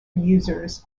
users